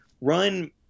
run